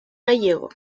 gallego